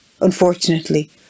Unfortunately